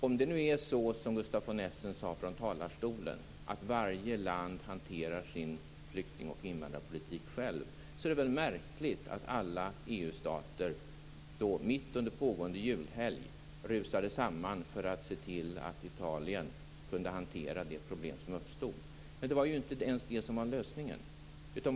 Om det nu är så som Gustaf von Essen sade från talarstolen, att varje land hanterar sin flykting och invandrarpolitik själv, så är det väl märkligt att alla EU-stater mitt under pågående julhelg rusade samman för att se till att Italien kunde hantera det problem som uppstod. Men det var ju inte ens det som var lösningen.